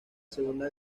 segunda